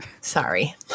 sorry